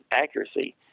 accuracy